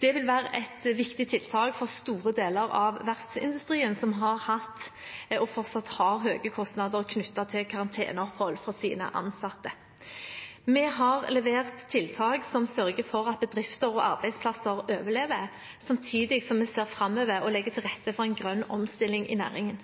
Det vil være et viktig tiltak for store deler av verftsindustrien, som har hatt og fortsatt har høye kostnader knyttet til karanteneopphold for sine ansatte. Vi har levert tiltak som sørger for at bedrifter og arbeidsplasser overlever, samtidig som vi ser framover og legger til rette for en grønn omstilling i næringen.